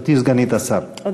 גברתי סגנית השר, בבקשה.